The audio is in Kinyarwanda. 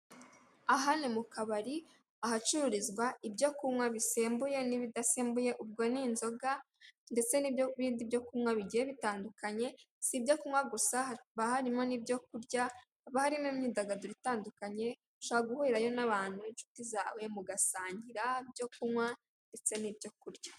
Aha ni mukabari ahacururizwa ibyo kunywa bisembuye n'ibidasembuye ubwo ni inzoga ndetse n'ibyo bindi byo kunywa bigiye bitandukanye, si ibyo kunywa gusa hakaba hari n'ibyo kurya haba harimo imyidagaduro itandukanye ushobora guhurirayo n'abantu, inshuti zawe mugasangira ibyo kunywa ndetse n'ibyo kurya.